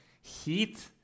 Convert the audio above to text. heat